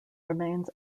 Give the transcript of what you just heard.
remains